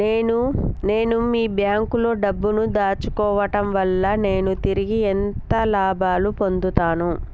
నేను మీ బ్యాంకులో డబ్బు ను దాచుకోవటం వల్ల నేను తిరిగి ఎంత లాభాలు పొందుతాను?